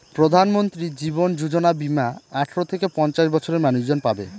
প্রধানমন্ত্রী জীবন যোজনা বীমা আঠারো থেকে পঞ্চাশ বছরের মানুষজন পাবে